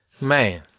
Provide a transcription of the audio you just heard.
Man